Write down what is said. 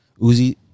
Uzi